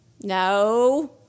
No